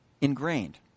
ingrained